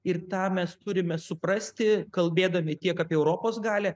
ir tą mes turime suprasti kalbėdami tiek apie europos galią